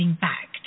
back